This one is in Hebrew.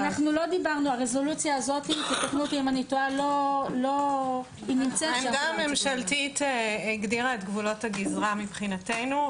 הרזולוציה הזאת- -- העמדה הממשלתית הגדירה את גבולות הגזרה מבחינתנו,